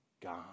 God